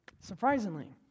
surprisingly